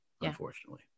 unfortunately